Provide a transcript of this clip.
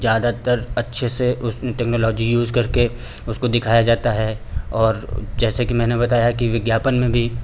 ज़्यादातर अच्छे से उस टेक्नोलॉजी यूस करके उसको दिखाया जाता है और जैसे की मैंने बताया कि विज्ञापन में भी